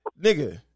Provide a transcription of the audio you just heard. Nigga